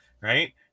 right